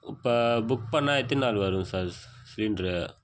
இப்போ புக் பண்ணிணா எத்தினை நாள் வரும் சார் சிலிண்ட்ரு